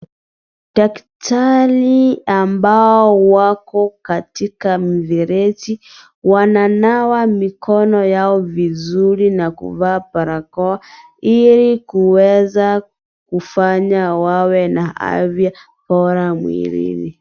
Daktari ambao wako katika mifereji. Wananawa mikono yao vizuri na kuvaa barakoa ili kuweza kufanya wawe na afya bora mwilini.